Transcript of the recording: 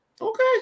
Okay